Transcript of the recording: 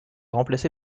remplacé